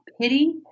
pity